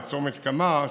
לצומת קמה,